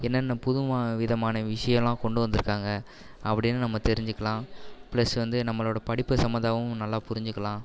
என்னென்ன புது விதமான விஷயம்லாம் கொண்டு வந்திருக்காங்க அப்படின்னு நம்ம தெரிஞ்சுக்கலாம் ப்ளஸ் வந்து நம்மளோட படிப்பு சம்மந்தமாகவும் நல்லா புரிஞ்சுக்கலாம்